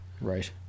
right